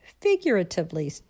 figuratively